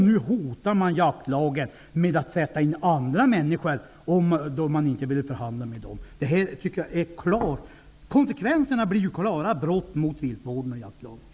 Nu hotas jaktlagen genom att man sätter in andra människor än dem som man inte ville förhandla med. Konsekvenserna blir ju klara brott mot viltvården och jaktlagen.